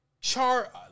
char